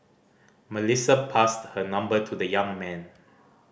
Melissa passed her number to the young man